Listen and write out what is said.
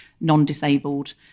non-disabled